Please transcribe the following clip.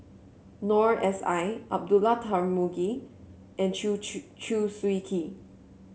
Noor S I Abdullah Tarmugi and Chew Chew Chew Swee Kee